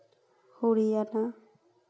Haryana